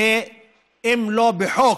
שאם לא בחוק,